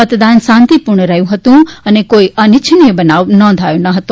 મતદાન શાંતિ પૂર્ણ રહ્યું હતું અને કોઈ અનિચ્છનીય બનાવ નોંધાયો હતો